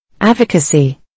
Advocacy